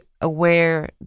aware